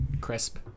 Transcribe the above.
Crisp